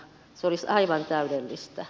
se olisi aivan täydellistä